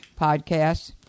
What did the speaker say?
podcasts